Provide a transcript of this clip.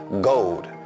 gold